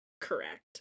correct